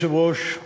אדוני היושב-ראש,